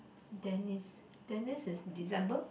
then is then it is December